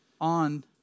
on